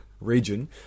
region